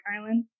Island